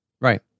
Right